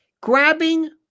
grabbing